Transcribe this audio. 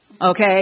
Okay